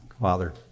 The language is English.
Father